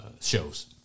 shows